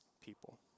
people